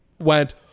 went